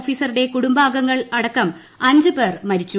ഓഫീസറുടെ കുടുംബാംഗങ്ങടക്കം അഞ്ച് പേരാണ് മരിച്ചത്